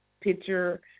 picture